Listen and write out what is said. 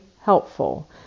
helpful